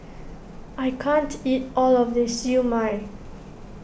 I can't eat all of this Siew Mai